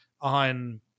on